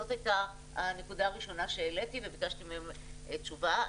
זאת הייתה הנקודה הראשונה שהעליתי וביקשתי מהם תשובה.